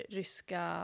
ryska